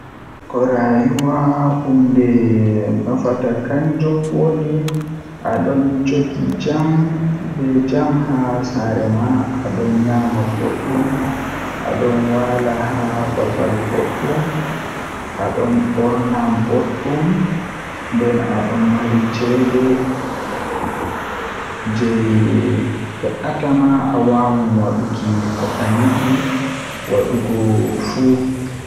Ko rayuwa hunde nufata kanjum woni adon joodi jam be jam haa saare ma adon nyama boddum adon waala haa babal boddum adon borna boddum nden adon mari ceede jei he'ata ma awawan waduki ko ayidi wadugo fuu.